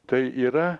tai yra